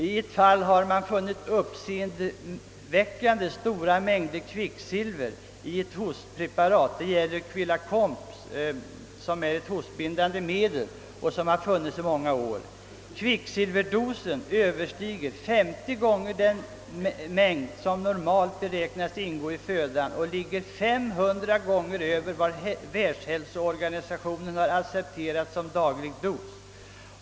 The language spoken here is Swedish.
I ett fall har man funnit uppseendeväckande stora mängder kvicksilver i ett hostpreparat, quillakomp, som används som hostbindande medel sedan många år tillbaka. Kvicksilverdosen är mer än 500 gånger större än den mängd som normalt beräknas ingå i födan, och 500 gånger större än vad världshälsoorganisationen har accepterat som daglig dos.